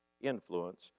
influence